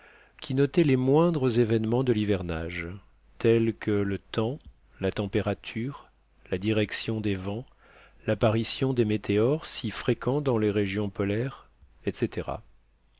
qui notait les moindres événements de l'hivernage tel que le temps la température la direction des vents l'apparition des météores si fréquents dans les régions polaires etc